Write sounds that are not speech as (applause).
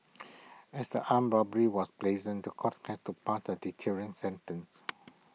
(noise) as the armed robbery was brazen The Court has to pass A deterrent sentence